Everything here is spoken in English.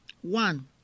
one